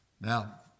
Now